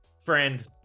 friend